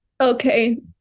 okay